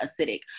acidic